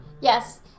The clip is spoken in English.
Yes